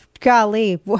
Golly